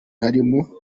harimo